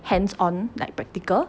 hands on like practical